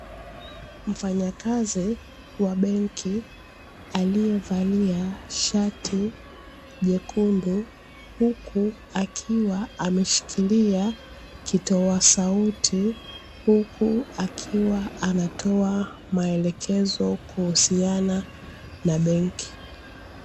Mfanyakazi wa benki aliyevalia shati jekundu, huku akiwa ameshikilia kitoa sauti, huku akiwa anatoa maelekezo kuhusiana na benki.